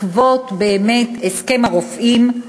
בעקבות הסכם הרופאים,